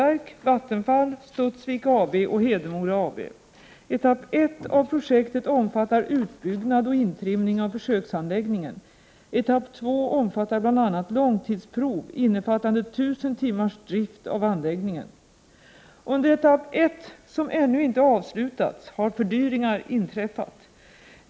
1988/89:72 Vattenfall, Studsvik AB och Hedemora AB. Etapp 1 av projektet omfattar 23 februari 1989 uppbyggnad och intrimning av försöksanläggningen. Etapp 2 omfattar bl.a. långtidsprov innefattande 1 000 timmars drift av anläggningen. Under etapp 1, som ännu inte avslutats, har fördyringar inträffat.